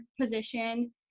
position